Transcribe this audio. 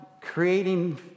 creating